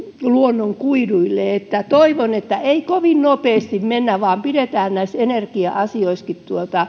luonnonkuiduille toivon että ei kovin nopeasti mennä vaan pidetään näissä energia asioissakin